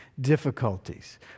difficulties